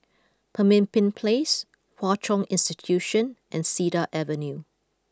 Pemimpin Place Hwa Chong Institution and Cedar Avenue